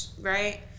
right